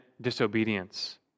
disobedience